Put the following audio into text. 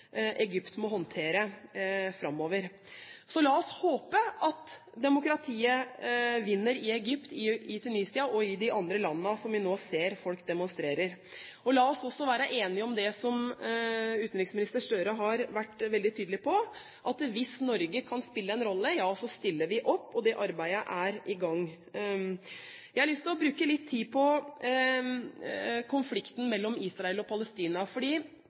Egypt må håndtere framover. Så la oss håpe at demokratiet vinner i Egypt, i Tunisia og i de andre landene der vi nå ser at folk demonstrerer. La oss også være enige om det som utenriksminister Støre har vært veldig tydelig på, at hvis Norge kan spille en rolle, ja så stiller vi opp. Det arbeidet er i gang. Jeg har lyst til å bruke litt tid på konflikten mellom Israel og Palestina.